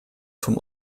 vom